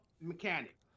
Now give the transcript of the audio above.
mechanic